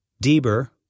Deber